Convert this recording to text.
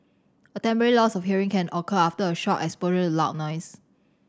a temporary loss of hearing can occur after a short exposure to loud noise